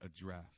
address